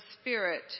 Spirit